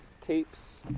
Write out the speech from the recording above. tapes